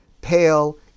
pale